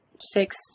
six